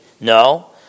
No